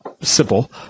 simple